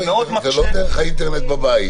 זה לא דרך האינטרנט בבית.